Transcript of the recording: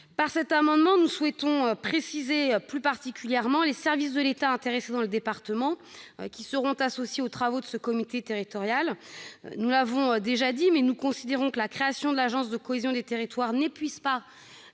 Par cet amendement, nous souhaitons préciser plus particulièrement que les services de l'État intéressés dans le département soient associés aux travaux de ce comité territorial. En effet, comme nous l'avons déjà dit, nous considérons que la création de l'agence de la cohésion des territoires n'épuise pas